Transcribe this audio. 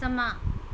ਸਮਾਂ